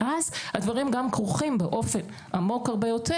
ואז גם הדברים כרוכים באופן עמוק הרבה יותר